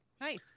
Nice